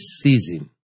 season